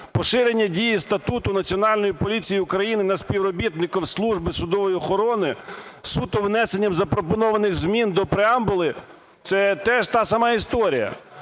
Поширення дії статуту Національної поліції України на співробітників Служби судової охорони суто внесенням запропонованих змін до преамбули – це теж та сама історія.